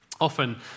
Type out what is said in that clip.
Often